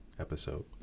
episode